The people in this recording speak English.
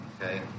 Okay